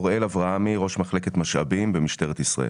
אני ראש מחלקת משאבים במשטרת ישראל.